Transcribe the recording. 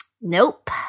Nope